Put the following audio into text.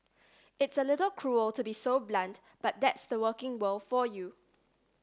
it's a little cruel to be so blunt but that's the working world for you